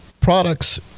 Products